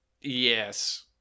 Yes